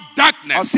darkness